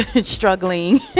struggling